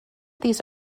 these